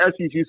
SEC